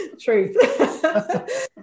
Truth